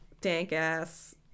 dank-ass